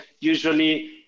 usually